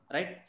Right